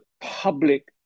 public